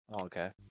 Okay